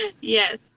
Yes